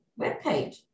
webpage